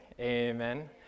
amen